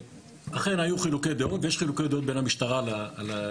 אכן היו חילוקי דעות ויש חילוקי דעות בין המשטרה לצבא,